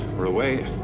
we're away.